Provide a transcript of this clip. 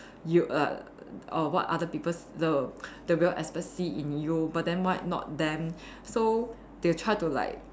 you err err what other people the the real see in you and why not them so they will try to like